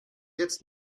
jetzt